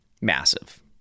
Massive